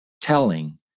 telling